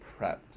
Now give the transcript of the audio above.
prepped